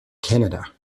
canada